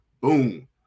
Boom